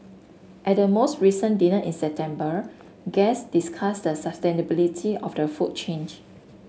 at the most recent dinner in September guests discussed the sustainability of the food change